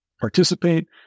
participate